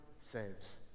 saves